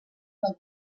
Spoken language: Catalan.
del